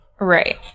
Right